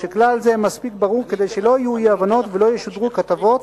שכלל זה מספיק ברור כדי שלא יהיו אי-הבנות ולא ישודרו כתבות